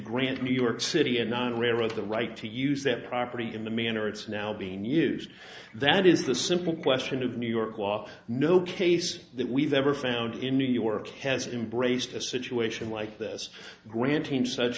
grant new york city and non railroad the right to use that property in the manner it's now being used that is the simple question of new york law no case that we've ever found in new york has embraced a situation like this